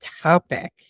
topic